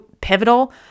pivotal